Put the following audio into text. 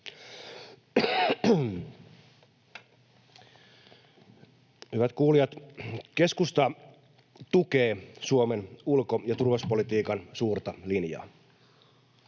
Hyvät kuulijat, keskusta tukee Suomen ulko- ja turvallisuuspolitiikan suurta linjaa.